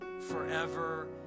forever